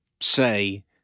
say